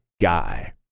guy